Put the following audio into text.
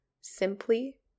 simply